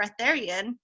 breatharian